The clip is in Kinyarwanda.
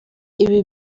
ibi